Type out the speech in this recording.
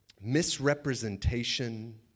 misrepresentation